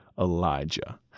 Elijah